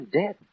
dead